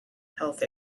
health